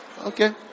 Okay